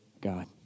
God